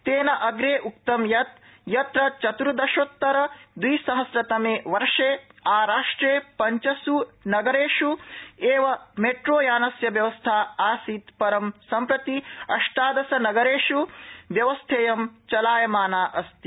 तेन अग्रे उक्तं यत् यत्र चतुर्दशोत्तर द्विसहम्रतमे वर्षे आराष्ट्रे पञ्चसु नगरेषु एव मेट्रो यानस्य व्यवस्था आसीत् परं सम्प्रति अष्टादश नगरेषु व्यवस्थेयं चलायमाना अस्ति